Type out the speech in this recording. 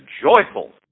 joyful